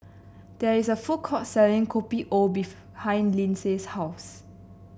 there is a food court selling Kopi O Lindsey's house